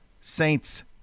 saints